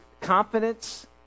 confidence